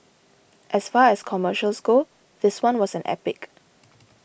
as far as commercials go this one was an epic